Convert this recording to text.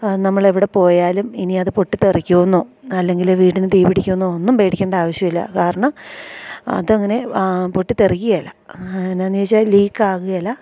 നമ്മൾ എവിടെപ്പോയാലും ഇനി അത് പൊട്ടിത്തെറിക്കൂന്നോ അല്ലെങ്കിൽ വീടിന് തീ പിടിക്കൂന്നോ ഒന്നും പേടിക്കേണ്ട ആവശ്യമില്ല കാരണം അതങ്ങനെ പൊട്ടിത്തെറിക്കില എന്ന് വെച്ചാൽ ലീക്കാകേല